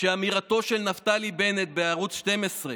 שאמירתו של נפתלי בנט בערוץ 12,